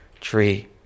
tree